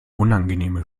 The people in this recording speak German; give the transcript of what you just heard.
unangenehme